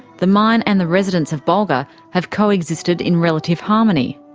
the mine and the residents of bulga have co-existed in relative harmony.